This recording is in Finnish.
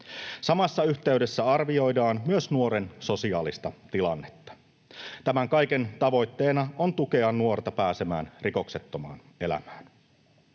Samassa yhteydessä arvioidaan myös nuoren sosiaalista tilannetta. Tämän kaiken tavoitteena on tukea nuorta pääsemään rikoksettomaan elämään.